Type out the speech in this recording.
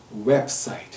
website